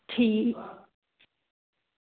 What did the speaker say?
ठीक